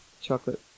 chocolate